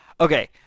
Okay